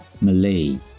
Malay